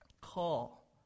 call